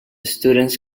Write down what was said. students